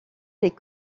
des